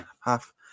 half